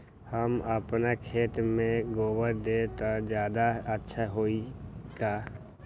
हम अपना खेत में गोबर देब त ज्यादा अच्छा होई का?